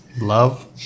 Love